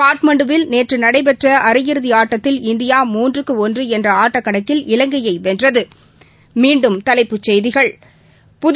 காட்மாண்டூவில் நேற்றுநடைபெற்றஅரையிறுதிஆட்டத்தில் இந்தியா மூன்றுக்குஒன்றுஎன்றஆட்டக்கணக்கில் இலங்கையைவென்றது